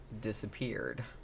disappeared